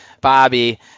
Bobby